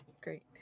great